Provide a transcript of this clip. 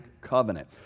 Covenant